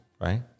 right